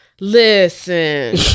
listen